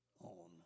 on